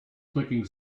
clicking